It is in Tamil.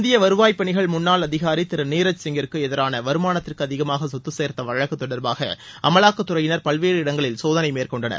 இந்திய வருவாய் பணிகள் முன்னாள் அதிகாரி திரு நீரஜ் சிங்கிற்கு எதிரான வருமானத்திற்கு அதிகமாக சொத்து சேர்த்த வழக்கு தொடர்பாக அமவாக்கத்துறையினர் பல்வேறு இடங்களில் சோதனை மேற்கொண்டனர்